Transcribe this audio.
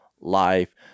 life